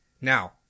Now